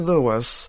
Lewis